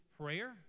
prayer